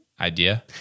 Idea